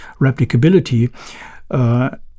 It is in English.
replicability